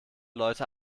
leute